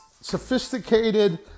sophisticated